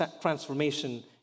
transformation